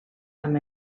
amb